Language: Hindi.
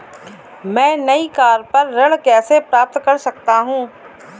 मैं नई कार पर ऋण कैसे प्राप्त कर सकता हूँ?